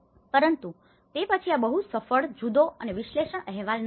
પરંતુ તે પછી આ બહુ સફળ જુદો અને વિશ્લેષણ અહેવાલ ન હતો